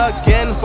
again